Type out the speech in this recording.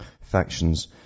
factions